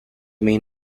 main